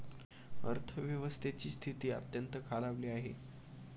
अर्थव्यवस्थेची स्थिती अत्यंत खालावली आहे